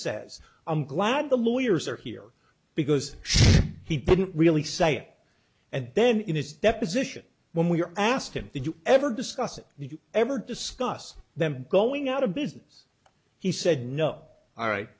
says i'm glad the lawyers are here because he didn't really say it and then in his deposition when we asked him did you ever discuss it you ever discuss them going out of business he said no all right